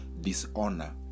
dishonor